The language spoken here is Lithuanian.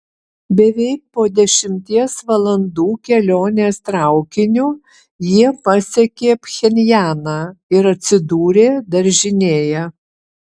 beveik po dešimties valandų kelionės traukiniu jie pasiekė pchenjaną ir atsidūrė daržinėje